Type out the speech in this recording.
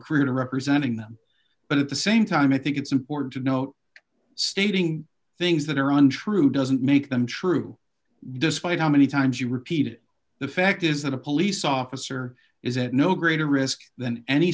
career to representing them but at the same time i think it's important to note stating things that are untrue doesn't make them true despite how many times you repeat it the fact is that a police officer is at no greater risk than any